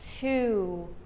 two